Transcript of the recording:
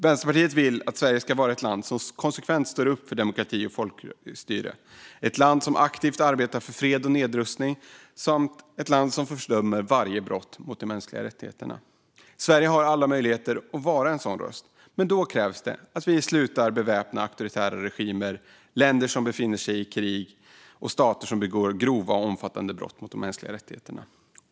Vänsterpartiet vill att Sverige ska vara ett land som konsekvent står upp för demokrati och folkstyre, ett land som aktivt arbetar för fred och nedrustning samt ett land som fördömer varje brott mot de mänskliga rättigheterna. Sverige har alla möjligheter att vara en sådan röst, men då krävs det att vi slutar beväpna auktoritära regimer, länder som befinner sig i krig och stater som begår grova och omfattande brott mot de mänskliga rättigheterna.